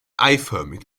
eiförmig